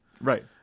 Right